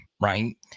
right